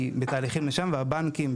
היא בתהליכים לשם והבנקים,